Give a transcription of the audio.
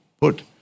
put